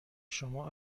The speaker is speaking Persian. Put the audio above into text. شما